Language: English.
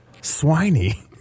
swiney